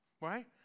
Right